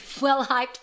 well-hyped